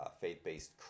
faith-based